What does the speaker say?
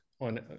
on